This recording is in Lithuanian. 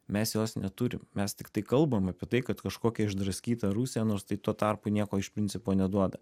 mes jos neturim mes tiktai kalbam apie tai kad kažkokia išdraskyta rusija nors tai tuo tarpu nieko iš principo neduoda